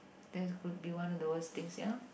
that could be one of the worst things ya